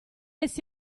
essi